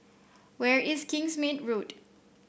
where is Kingsmead Road